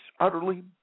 utterly